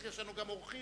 יש לנו אורחים,